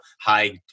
high